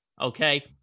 okay